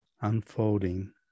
Unfolding